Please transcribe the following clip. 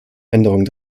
änderungen